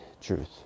truth